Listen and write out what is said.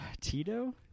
Tito